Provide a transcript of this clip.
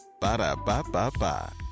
Ba-da-ba-ba-ba